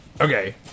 Okay